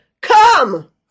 Come